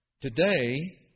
Today